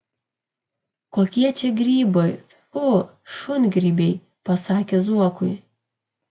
kokie čia grybai tfu šungrybiai pasakė zuokui